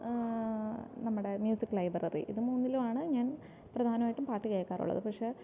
നമ്മുടെ music library ഇത് മൂന്നിലും ആണ് ഞാൻ പ്രധാനമായിട്ടും പാട്ട് കേൾക്കാറുള്ളത് പക്ഷേ